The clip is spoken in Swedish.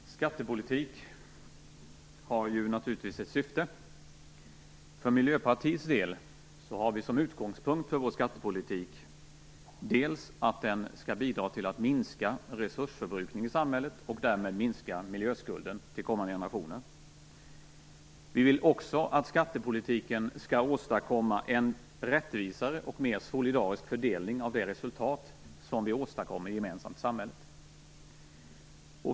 Herr talman! Skattepolitik har ju naturligtvis ett syfte. För Miljöpartiets del har vi som utgångspunkt för vår skattepolitik för det första att den skall bidra till att minska resursförbrukningen i samhället och därmed minska miljöskulden till kommande generationer. För det andra vill vi att skattepolitiken skall åstadkomma en rättvisare och mer solidarisk fördelning av det resultat som vi åstadkommer gemensamt i samhället.